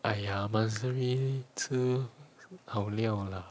!aiya! monthsary 吃好料 lah